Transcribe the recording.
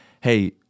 hey